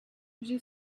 j’ai